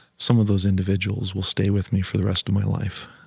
some of those individuals, will stay with me for the rest of my life.